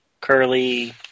curly